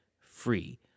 free